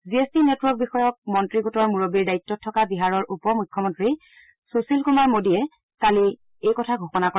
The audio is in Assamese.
জি এছ টি নেটৱৰ্ক বিষয়ক মন্ত্ৰী গোটৰ মুৰববীৰ দায়িত্বত থকা বিহাৰৰ উপ মুখ্যমন্ত্ৰী সুশীল কুমাৰ মোদীয়ে কালি এই কথা ঘোষণা কৰে